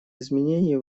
изменений